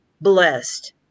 blessed